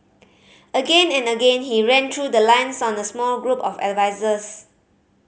again and again he ran through the lines on the small group of advisers